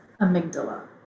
amygdala